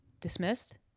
dismissed